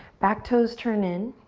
back toes turn in.